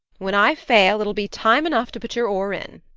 when i fail it'll be time enough to put your oar in.